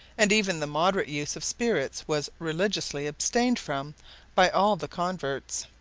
and even the moderate use of spirits was religiously abstained from by all the converts.